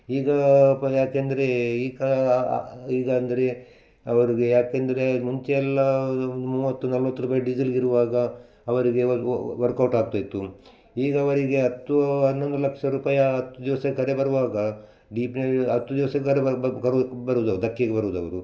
ಈಗ ಪ ಯಾಕೆಂದರೆ ಈಕ ಈಗ ಅಂದರೆ ಅವರಿಗೆ ಯಾಕೆಂದರೆ ಮುಂಚೆಯೆಲ್ಲ ಅದು ಮೂವತ್ತು ನಲವತ್ತು ರೂಪಾಯಿ ಡೀಸೆಲ್ಲಿಗಿರುವಾಗ ಅವರಿಗೆ ವರ್ಕೌಟ್ ಆಗ್ತಾಯಿತ್ತು ಈಗ ಅವರಿಗೆ ಹತ್ತು ಹನ್ನೊಂದು ಲಕ್ಷ ರೂಪಾಯಿಯ ಹತ್ತು ದಿವವಸಕ್ಕರೆ ಬರುವಾಗ ಡೀಪ್ನಲ್ಲಿ ಹತ್ತು ದಿವ್ಸಗ್ಗರೆ ಬರ್ ಬರೋದು ಧಕ್ಕೆಗೆ ಬರುವುದವರು